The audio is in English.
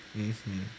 mmhmm